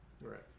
right